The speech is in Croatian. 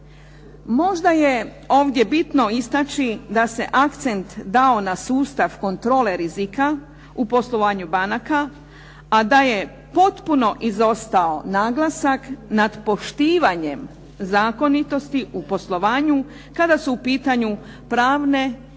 Možda je ovdje bitno istaći da se akcent dao na sustav kontrole rizika u poslovanju banaka, a da je potpuno izostao naglasak nad poštivanjem zakonitosti u poslovanju kada su u pitanju pravne i